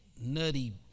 nutty